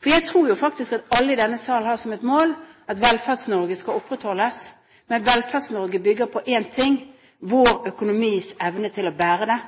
For jeg tror faktisk at alle i denne salen har som mål at Velferds-Norge skal opprettholdes. Men Velferds-Norge bygger på én ting: vår økonomis evne til å bære det.